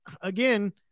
again